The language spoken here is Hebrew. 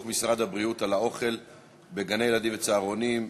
משרד הבריאות על האוכל בגני-הילדים ובצהרונים,